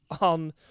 on